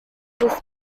this